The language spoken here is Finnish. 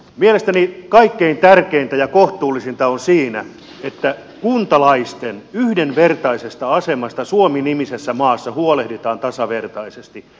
mielestäni kaikkein tärkeintä ja kohtuullisinta on se että kuntalaisten yhdenvertaisesta asemasta suomi nimisessä maassa huolehditaan tasavertaisesti